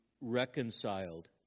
reconciled